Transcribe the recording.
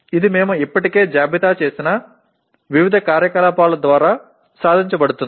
நாம் ஏற்கனவே பட்டியலிட்டுள்ள பல்வேறு நடவடிக்கைகள் மூலம் இது அடையப்படுகிறது